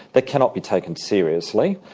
that cannot be taken seriously'.